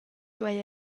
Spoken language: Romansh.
duei